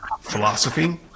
philosophy